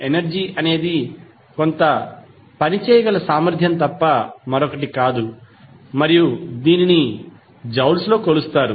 energy అనేది కొంత పని చేయగల సామర్థ్యం తప్ప మరొకటి కాదు మరియు దీనిని జౌల్స్లో కొలుస్తారు